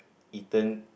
eaten